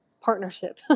partnership